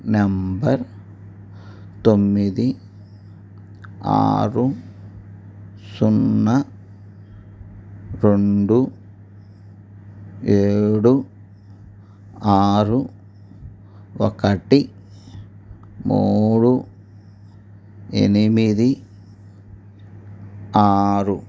number తొమ్మిది ఆరు సున్నా రెండు ఏడు ఆరు ఒకటి మూడు ఎనిమిది ఆరు